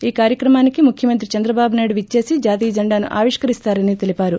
ఈ కార్యక్రమానికి ముఖ్యమంత్రి చంద్రబాబు నాయుడు విచ్చేసి జాతీయ జెండాను ఆవిష్కరిస్తారని తెలిపారు